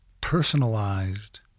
personalized